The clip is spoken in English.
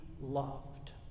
loved